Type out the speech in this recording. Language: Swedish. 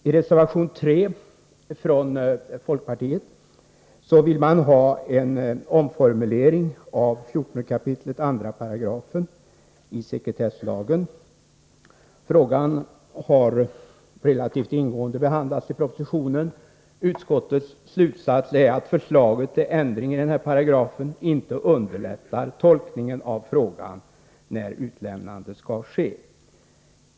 I reservation 3 från folkpartiet vill man ha en omformulering av 14 kap. 2§ sekretesslagen. Frågan har relativt ingående behandlats i propositionen. Utskottets slutsats är att förslaget till ändring i denna paragraf inte underlättar tolkningen av frågan när utlämnande skall ske.